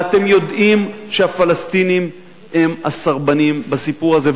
ואתם יודעים שהפלסטינים הם הסרבנים בסיפור הזה.